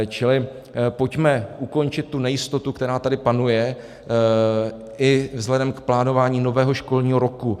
Čili pojďme ukončit tu nejistotu, která tady panuje i vzhledem k plánování nového školního roku.